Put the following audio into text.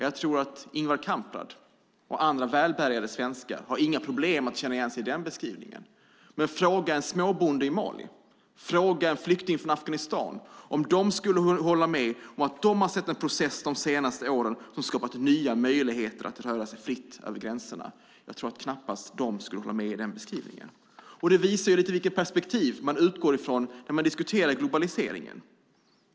Jag tror inte att Ingvar Kamprad och andra välbärgade svenskar har några problem att känna igen sig i den beskrivningen. Men fråga en småbonde i Mali eller en flykting från Afghanistan om de skulle hålla med om att de under de senaste åren sett en process som skapat nya möjligheter att röra sig fritt över gränserna. Jag tror knappast att de skulle hålla med om beskrivningen. Det visar vilket perspektiv man utgår från när man diskuterar globaliseringen.